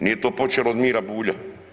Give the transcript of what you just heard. Nije to počelo od Mire Bulja.